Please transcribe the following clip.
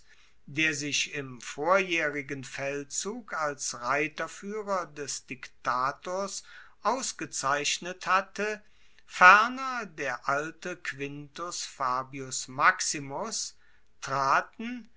der sich im vorjaehrigen feldzug als reiterfuehrer des diktators ausgezeichnet hatte ferner der alte quintus fabius maximus traten